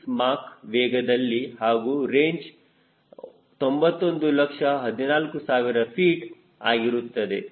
6 Mach ವೇಗದಲ್ಲಿ ಹಾಗೂ range 9114000 feet ಆಗಿರುತ್ತದೆ